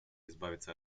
избавиться